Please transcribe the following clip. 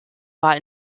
war